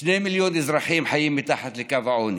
שני מיליון אזרחים חיים מתחת לקו העוני,